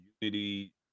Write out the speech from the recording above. unity